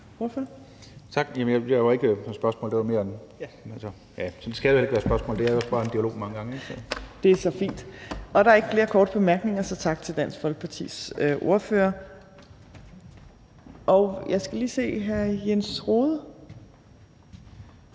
Det er så fint. Der er ikke flere korte bemærkninger. Så tak til Dansk Folkepartis ordfører, og jeg skal lige se noget.